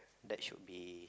that should be